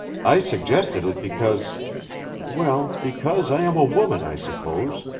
i suggested it because well, because i am a woman, i suppose.